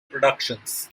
productions